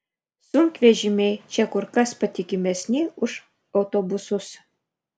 sunkvežimiai čia kur kas patikimesni už autobusus